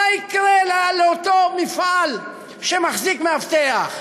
מה יקרה לאותו מפעל שמחזיק מאבטח?